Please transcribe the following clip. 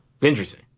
interesting